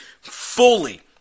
fully